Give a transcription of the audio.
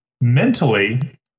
mentally